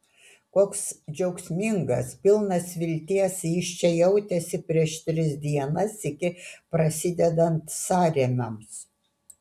koks džiaugsmingas pilnas vilties jis čia jautėsi prieš tris dienas iki prasidedant sąrėmiams